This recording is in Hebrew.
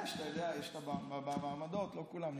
יש, אתה יודע, יש את המעמדות, לא כולם נמצאים.